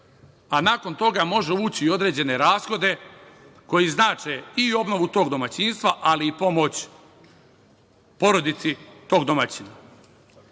a nakon toga može ući i u određene rashode koji znače i obnovu tog domaćinstva, ali i pomoć porodici tog domaćina. Ako